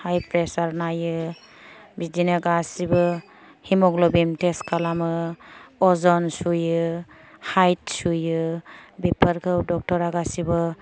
हाय फ्रेसार नायो बिदिनो गासिबो हिमग्ल'बिन टेस्त खालामो अजन सुयो हायद सुयो बिफोरखौ डकटरा गासिबो